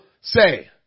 say